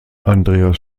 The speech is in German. andreas